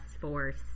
force